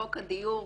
חוק הדיור,